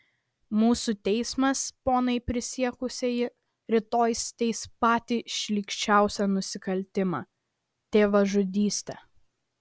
mūsų teismas ponai prisiekusieji rytoj teis patį šlykščiausią nusikaltimą tėvažudystę